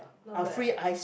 not bad ah